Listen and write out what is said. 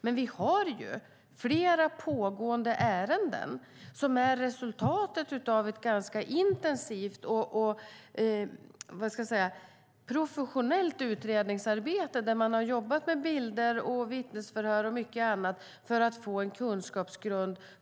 Men vi har flera pågående ärenden som är resultatet av ett ganska intensivt och professionellt utredningsarbete där man har jobbat med bilder, vittnesförhör och mycket annat för att få en kunskapsgrund.